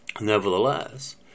nevertheless